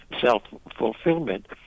self-fulfillment